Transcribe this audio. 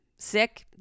Sick